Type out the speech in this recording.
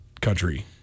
country